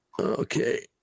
Okay